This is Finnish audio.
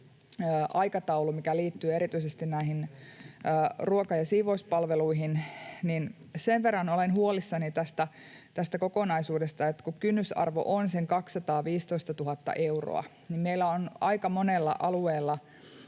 aikataulu, mikä liittyy erityisesti näihin ruoka- ja siivouspalveluihin — sen verran olen huolissani, että kun kynnysarvo on sen 215 000 euroa, niin meillä on aika monella alueella